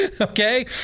Okay